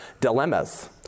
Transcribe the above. dilemmas